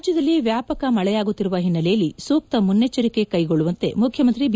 ರಾಜ್ಯದಲ್ಲಿ ವ್ಯಾಪಕ ಮಳೆಯಾಗುತ್ತಿರುವ ಹಿನ್ನೆಲೆಯಲ್ಲಿ ಸೂಕ್ತ ಮುನ್ನೆಚ್ಚರಿಕೆ ಕೈಗೊಳ್ಳುವಂತೆ ಮುಖ್ಯಮಂತ್ರಿ ಬಿ